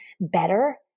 better